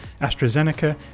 AstraZeneca